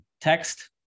text